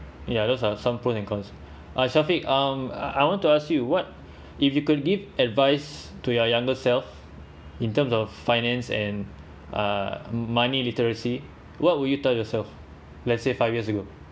ya those are some pros and cons uh shaffiq um I I want to ask you what if you could give advice to your younger self in terms of finance and uh money literacy what would you tell yourself let's say five years ago